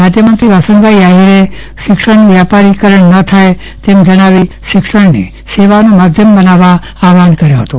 રાજ્યમંત્રી વાસણભાઈ આહિરે શિક્ષણનું વ્યાપારીકરણ ન થાય તેમ જણાવી સેવાનું માધ્યમ બનાવા આહવાન કર્યું હતું